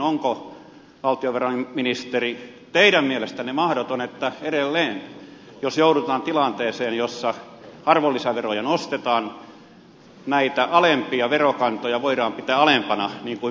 onko valtiovarainministeri teidän mielestänne mahdotonta että edelleen jos joudutaan tilanteeseen jossa arvonlisäveroja nostetaan näitä alempia verokantoja voidaan pitää alempana niin kuin me keskustassa edellytämme